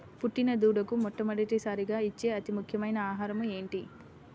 పుట్టిన దూడకు మొట్టమొదటిసారిగా ఇచ్చే అతి ముఖ్యమైన ఆహారము ఏంటి?